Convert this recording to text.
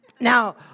Now